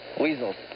Weasels